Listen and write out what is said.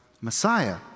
Messiah